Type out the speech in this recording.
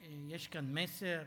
יש כאן מסר?